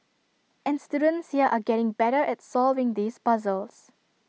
and students here are getting better at solving these puzzles